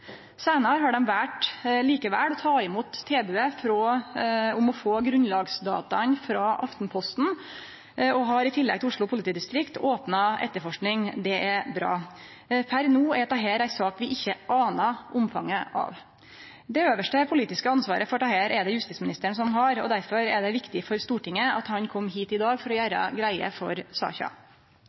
Seinare har dei likevel valt å ta imot tilbodet om å få grunnlagsdataa frå Aftenposten, og dei har – i tillegg til Oslo politidistrikt – opna etterforsking. Det er bra. Per no er dette ei sak vi ikkje aner omfanget av. Det øvste politiske ansvaret for dette er det justisministeren som har, og derfor er det viktig for Stortinget at han kom hit i dag for å gjere greie for saka.